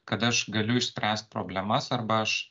kad aš galiu išspręst problemas arba aš